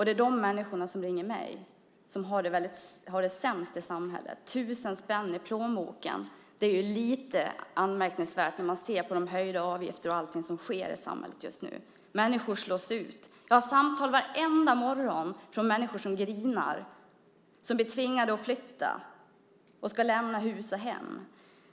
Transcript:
Det är de människorna som ringer mig. Det är de som har det sämst i samhället. 1 000 spänn i plånboken - det är lite anmärkningsvärt när man ser på de höjda avgifterna och allting som sker i samhället just nu. Människor slås ut. Jag får samtal varenda morgon från människor som grinar. De blir tvingade att flytta och lämna hus och hem.